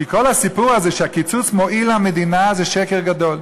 כי כל הסיפור הזה שהקיצוץ מועיל למדינה זה שקר גדול.